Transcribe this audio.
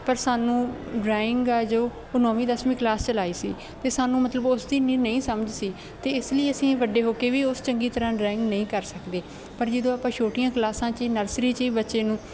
ਪਰ ਸਾਨੂੰ ਡਰਾਇੰਗ ਆ ਜੋ ਉਹ ਨੌਵੀਂ ਦਸਵੀਂ ਕਲਾਸ 'ਚ ਲਾਈ ਸੀ ਅਤੇ ਸਾਨੂੰ ਮਤਲਬ ਉਸ ਦੀ ਇੰਨੀ ਨਹੀਂ ਸਮਝ ਸੀ ਅਤੇ ਇਸ ਲਈ ਅਸੀਂ ਵੱਡੇ ਹੋ ਕੇ ਵੀ ਉਸ ਚੰਗੀ ਤਰ੍ਹਾਂ ਡਰਾਇੰਗ ਨਹੀਂ ਕਰ ਸਕਦੇ ਪਰ ਜਦੋਂ ਆਪਾਂ ਛੋਟੀਆਂ ਕਲਾਸਾਂ 'ਚ ਨਰਸਰੀ 'ਚ ਹੀ ਬੱਚੇ ਨੂੰ